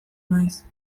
naiz